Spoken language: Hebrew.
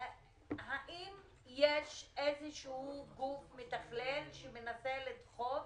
האם יש איזה שהוא גוף מתכלל שמנסה לדחוף